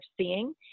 seeing